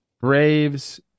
Braves